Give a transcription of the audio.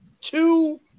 two